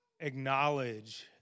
acknowledge